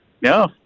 No